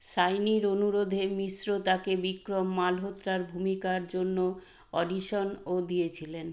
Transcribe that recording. শাইনির অনুরোধে মিশ্র তাকে বিক্রম মালহোত্রার ভূমিকার জন্য অডিশনও দিয়েছিলেন